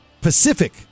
Pacific